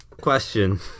question